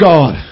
God